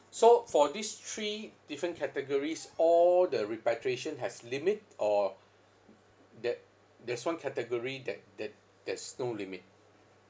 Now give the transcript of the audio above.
so for these three different categories all the repatriation has limit or there there's one category that that there's no limit